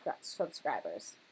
subscribers